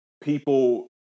people